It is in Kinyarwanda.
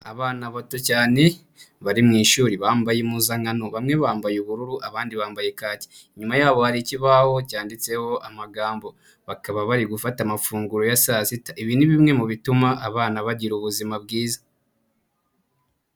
Abana bato cyane bari mu ishuri bambaye impuzankano, bamwe bambaye ubururu abandi bambaye kake. Inyuma yabo hari ikibaho cyanditseho amagambo. Bakaba bari gufata amafunguro ya saa sita. Ibi ni bimwe mu bituma abana bagira ubuzima bwiza.